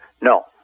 No